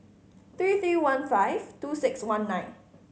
three three one five two six one nine